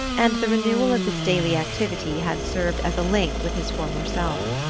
and the renewal of this daily activity had served as a link with his former self.